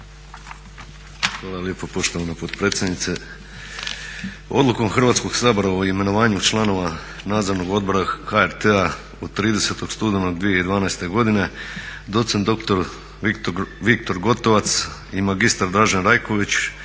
Hvala lijepo poštovana potpredsjednice. Odlukom Hrvatskog sabora o imenovanju članova Nadzornog odbora HRT-a od 30. studenog 2012. godine docent doktor Viktor Gotovac i magistar Dražen Rajković